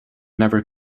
never